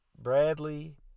Bradley